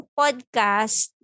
podcast